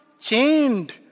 chained